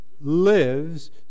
lives